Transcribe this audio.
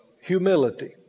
humility